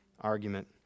argument